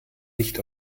nicht